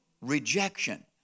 rejection